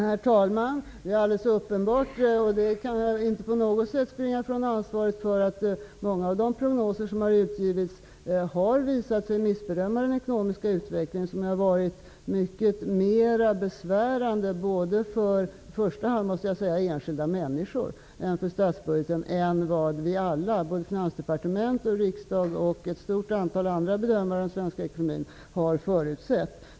Herr talman! Det är alldeles uppenbart -- det kan jag inte på något sätt springa ifrån ansvaret för -- att många av de prognoser som givits har visat sig vara missbedömningar av den ekonomiska utvecklingen, som ju har varit mycket mer besvärande för i första hand enskilda människor och även för statsbudgeten än vad vi alla -- finansdepartement, riksdag och ett stort antal andra bedömare av den svenska ekonomin -- har förutsett.